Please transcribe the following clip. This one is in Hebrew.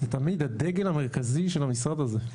זה תמיד הדגל המרכזי של המשרד הזה.